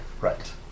Right